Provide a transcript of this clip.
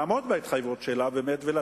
הממשלה יכלה לעמוד בהתחייבות שלה ולתת